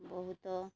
ବହୁତ